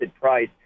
price